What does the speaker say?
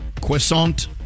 croissant